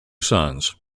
sons